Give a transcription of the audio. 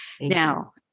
Now